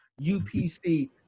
UPC